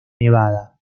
nevada